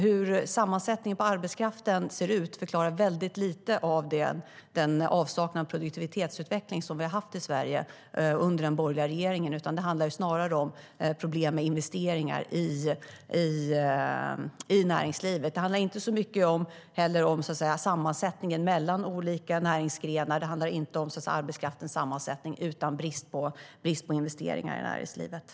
Hur sammansättningen på arbetskraften ser ut förklarar väldigt lite av den avsaknad av produktivitetsutveckling som vi har haft i Sverige under den borgerliga regeringen. Det handlar snarare om problem med investeringar i näringslivet. Det handlar inte heller så mycket om sammansättningen mellan olika näringsgrenar, och det handlar inte om arbetskraftens sammansättning, utan det är brist på investeringar i näringslivet.